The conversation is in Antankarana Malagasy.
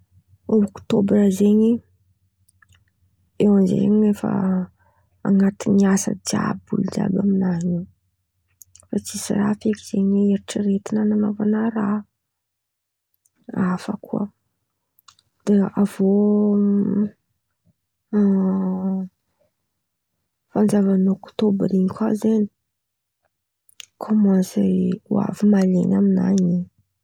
OKtôbra zen̈y, eo amy Zay zen̈y efa an̈atiny asa jiàby olo jiàby amin̈any io fa tsisy raha feky zen̈y hoe ieritreretan̈a an̈aovan̈a raha hafa koa. De avy eo fanjava ny Oktora in̈y kà zen̈y kômansy avy malen̈y amin̈any in̈y.